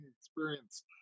experience